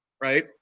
right